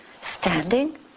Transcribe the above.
standing